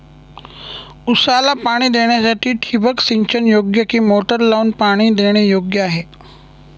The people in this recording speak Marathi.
ऊसाला पाणी देण्यासाठी ठिबक सिंचन योग्य कि मोटर लावून पाणी देणे योग्य आहे?